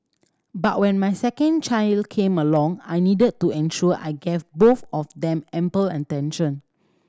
but when my second child came along I needed to ensure I gave both of them ample attention